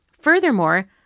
Furthermore